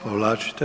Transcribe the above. Povlačite?